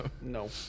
No